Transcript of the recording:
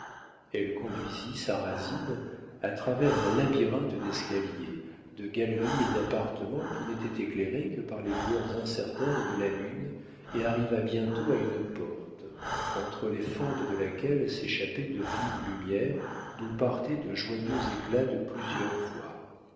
elle conduisit sarrasine à travers un labyrinthe d'escaliers de galeries et d'appartements qui n'étaient éclairés que par les lueurs incertaines de la lune et arriva bientôt à une porte entre les fentes de laquelle s'échappaient de vives lumières d'où partaient de joyeux éclats de plusieurs voix